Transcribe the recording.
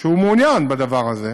שהוא מעוניין בדבר הזה.